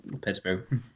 Pittsburgh